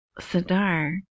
Sadar